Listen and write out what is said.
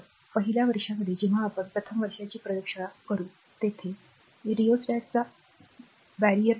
तर पहिल्या वर्षामध्ये प्रथम वर्षाची प्रयोगशाळा कधी करेल तेथे रिओस्टॅटचा अडथळा प्रकार दिसेल बरोबर